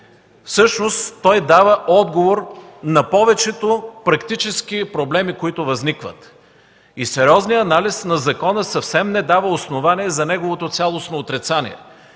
всъщност той дава отговор на повечето практически проблеми, които възникват. Сериозният анализ на закона съвсем не дава основание за неговото цялостно отрицание.